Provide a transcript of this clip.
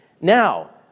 Now